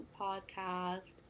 podcast